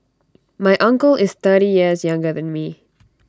my uncle is thirty years younger than me